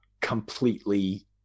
completely